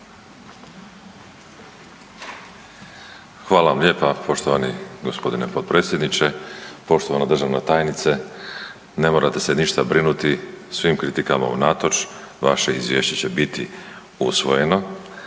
Hvala vam lijepa poštovani g. potpredsjedniče. Poštovana državna tajnice, ne morate se ništa brinuti, svim kritikama unatoč vaše izvješće će biti usvojeno.